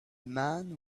man